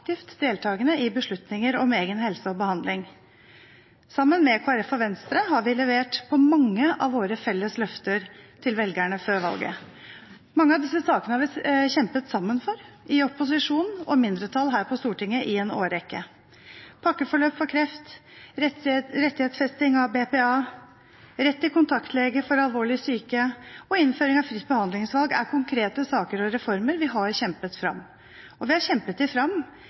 aktivt deltakende i beslutninger om egen helse og behandling. Sammen med Kristelig Folkeparti og Venstre har vi levert på mange av våre felles løfter til velgerne før valget. Mange av disse sakene har vi kjempet sammen for i opposisjon og mindretall her på Stortinget i en årrekke. Pakkeforløp for kreft, rettighetsfesting av BPA, rett til kontaktlege for alvorlig syke og innføring av fritt behandlingsvalg er konkrete saker og reformer vi har kjempet fram. Vi har kjempet dem fram fordi de svarte på virkelige utfordringer som virkelige mennesker opplever i